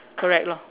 correct lor